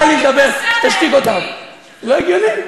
חברות וחברים, אם כן, זה אחרון הדוברים.